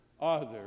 others